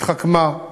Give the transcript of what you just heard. התחכמה.